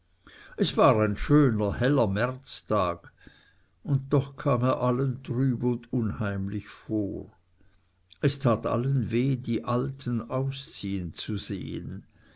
es war ein schöner heller märztag und doch kam er allen trüb und unheimlich vor es tat allen weh die alten ausziehen zu sehen